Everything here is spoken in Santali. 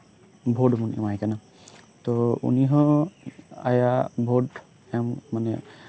ᱵᱷᱳᱴ ᱵᱚᱱ ᱮᱢᱟᱭ ᱠᱟᱱᱟ ᱛᱚ ᱩᱱᱤ ᱦᱚᱸ ᱟᱭᱟᱜ ᱵᱷᱳᱴ ᱮᱢ ᱢᱟᱱᱮ